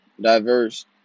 diverse